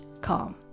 calm